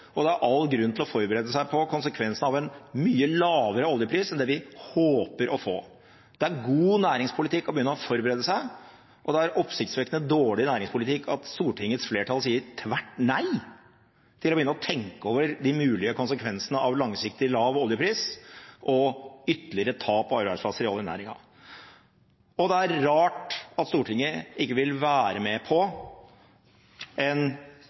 og det er all grunn til å forberede seg på konsekvensene av en mye lavere oljepris enn det vi håper å få. Det er god næringspolitikk å begynne å forberede seg, og det er oppsiktsvekkende dårlig næringspolitikk at Stortingets flertall sier tvert nei til å begynne å tenke over de mulige konsekvensene av langsiktig lav oljepris og ytterligere tap av arbeidsplasser i oljenæringen. Det er rart at Stortinget ikke vil være med på en